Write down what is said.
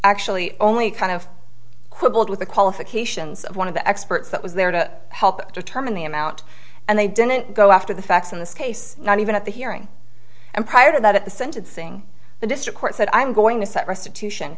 actually only kind of quibbled with the qualifications of one of the experts that was there to help determine the amount and they didn't go after the facts in this case not even at the hearing and prior to that at the sentencing the district court said i'm going to set restitution